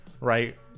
Right